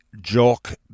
Jock